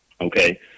okay